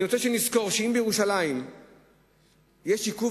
אני רוצה שנזכור שאם בירושלים יש עיכוב